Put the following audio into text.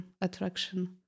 attraction